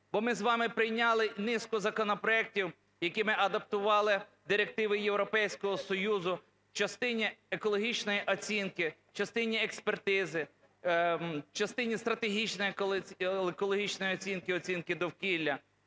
Бо ми з вами прийняли низку законопроектів, якими адаптували директиви Європейського Союзу в частині екологічної оцінки, в частині експертизи, в частині стратегічної екологічної оцінки, оцінки довкілля.